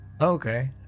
okay